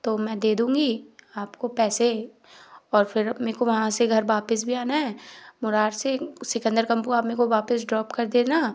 तो मैं दे दूँगी आपको पैसे और फिर मेको वहाँ से घर वापस भी आना है मुरार से सिकंदर कम्पु मे को वापस ड्रॉप कर देना